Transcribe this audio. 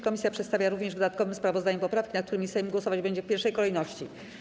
Komisja przedstawia również w dodatkowym sprawozdaniu poprawki, nad którymi Sejm głosować będzie w pierwszej kolejności.